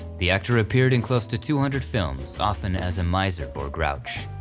the actor appeared in close to two hundred films, often as a miser or grouch.